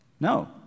No